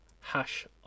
hash